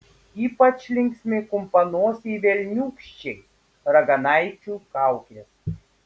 ypač linksmi kumpanosiai velniūkščiai raganaičių kaukės